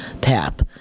tap